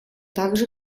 также